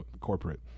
corporate